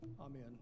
Amen